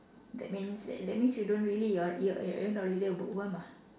that means that that means you don't really you're you're you're you're not really a bookworm ah